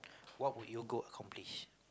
what would you go accomplish